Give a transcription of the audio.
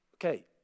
Okay